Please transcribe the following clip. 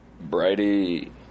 Brady